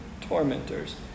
tormentors